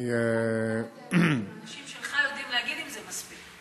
אני, אם האנשים שלך יודעים להגיד אם זה מספיק.